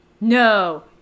No